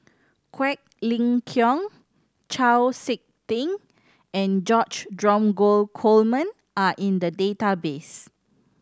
Quek Ling Kiong Chau Sik Ting and George Dromgold Coleman are in the database